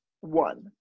One